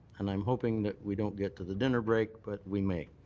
and i'm hoping that we don't get to the dinner break, but we may.